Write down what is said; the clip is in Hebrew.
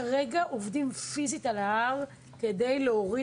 כרגע עובדים פיזית על ההר כדי להוריד